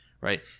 Right